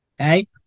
okay